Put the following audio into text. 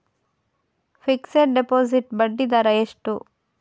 Fixed deposit ಬಡ್ಡಿ ದರ ಎಷ್ಟು?